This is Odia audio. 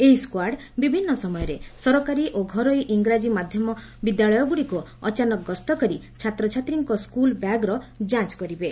ଏହି ସ୍କାଡ ବିଭିନ୍ ସମୟରେ ସରକାରୀ ଓ ଘରୋଇ ଇଂରାଜୀ ମାଧ୍ଧମ ବିଦ୍ୟାଳୟଗୁଡ଼ିକୁ ଅଚାନକ ଗସ୍ତକରି ଛାତ୍ରଛାତ୍ରୀଙ୍କ ସ୍କୁଲ ବ୍ୟାଗର ଯାଞ କରିବେ